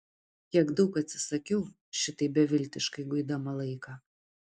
kiek daug atsisakiau šitaip beviltiškai guidama laiką